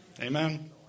Amen